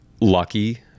lucky